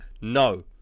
No